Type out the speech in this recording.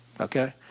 Okay